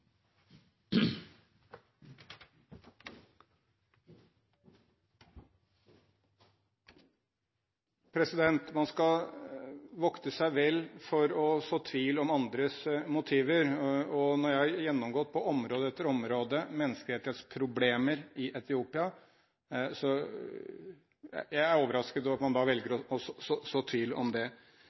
Man skal vokte seg vel for å så tvil om andres motiver. Når jeg har gjennomgått område etter område med menneskerettighetsproblemer i Etiopia, er jeg overrasket over at man da velger å så tvil om det.